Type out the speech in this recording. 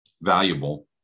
valuable